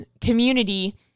community